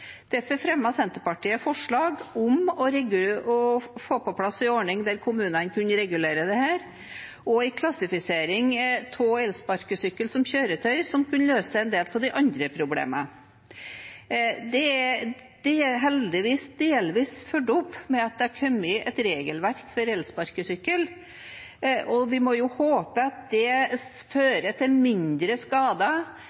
Derfor fremmet Senterpartiet forslag om å få på plass en ordning der kommunene kunne regulere dette, og en klassifisering av elsparkesykkel som kjøretøy, noe som kunne løse en del av de andre problemene. Det er heldigvis delvis fulgt opp ved at det er kommet et regelverk for elsparkesykkel, og vi må jo håpe at det